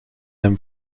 them